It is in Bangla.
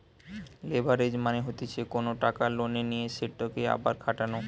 লেভারেজ মানে হতিছে কোনো টাকা লোনে নিয়ে সেতকে আবার খাটানো